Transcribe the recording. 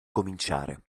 cominciare